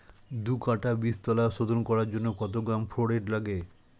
দু কাটা বীজতলা শোধন করার জন্য কত গ্রাম ফোরেট লাগে?